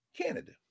canada